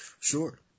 Sure